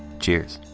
cheers!